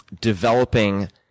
developing